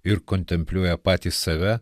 ir kontempliuoja patį save